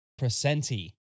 presenti